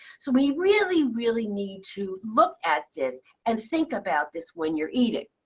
so we really, really need to look at this and think about this when you're eating.